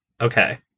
Okay